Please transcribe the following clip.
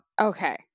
Okay